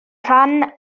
rhan